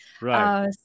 Right